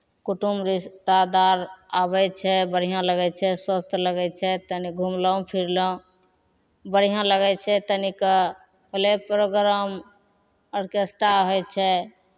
कुटुम रिश्तेदार आबै छै बढ़िआँ लगै छै स्वस्थ लगै छै तनि घुमलहुँ फिरलहुँ बढ़िआँ लगै छै तनिक भेलै प्रोग्राम ऑर्केस्ट्रा होइ छै